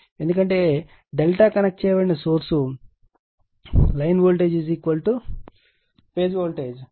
ఎందుకంటే ∆ కనెక్ట్ చేయబడిన source line voltage phase voltage